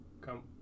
come